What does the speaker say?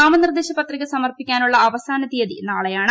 നാമ നിർദ്ദേശ പത്രിക സമർപ്പിക്കാനുള്ള അവസാന തീയതി നാളെ യാണ്